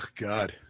God